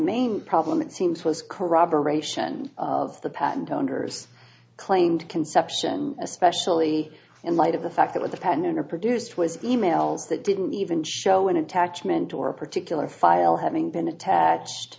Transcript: main problem it seems was corroboration of the patent owners claimed conception especially in light of the fact that at the pentagon or produced was emails that didn't even show an attachment or a particular file having been attached